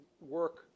work